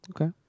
Okay